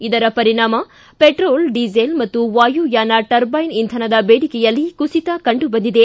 ಇದರ ಪರಿಣಾಮ petrol diesel ಮತ್ತು ವಾಯುಯಾನ ಟರ್ಬೈನ್ ಇಂಧನದ ಬೇಡಿಕೆಯಲ್ಲಿ ಕುಸಿತ ಕಂಡು ಬಂದಿದೆ